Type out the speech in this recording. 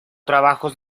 trabajos